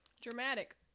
Dramatic